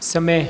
समय